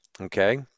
Okay